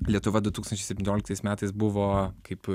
lietuva du tūkstančiai septynioliktais metais buvo kaip